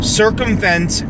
circumvent